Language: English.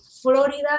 Florida